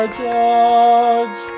judge